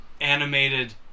animated